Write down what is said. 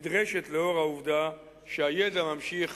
נדרשת לאור העובדה שהידע ממשיך